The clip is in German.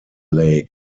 lake